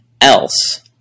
else